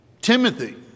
Timothy